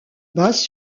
basse